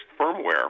firmware